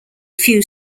few